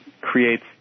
creates